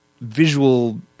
visual –